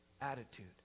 attitude